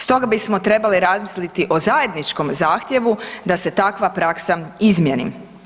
Stoga bismo trebali razmisliti o zajedničkom zahtjevu da se takva praksa izmjeni.